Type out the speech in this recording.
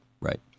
right